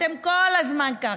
אתם כל הזמן ככה.